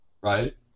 right